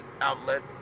outlet